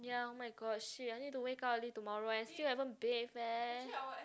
ya oh-my-god !shit! I need to wake up early tomorrow and I still haven't bathe eh